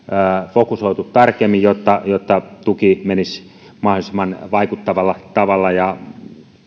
fokusoitu tarkemmin jotta jotta tuki menisi mahdollisimman vaikuttavalla tavalla ja